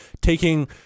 Taking